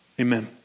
Amen